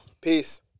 Peace